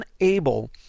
unable